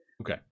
okay